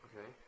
Okay